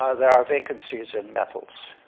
ah there are vacancies in metals,